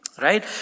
Right